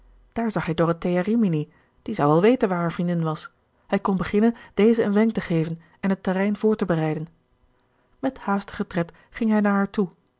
daar zag hij dorothea rimini die zou wel weten waar hare vriendin was hij kon beginnen deze een wenk te geven en het terrein voor te bereiden met haastigen tred ging hij naar haar toe